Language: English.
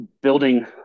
building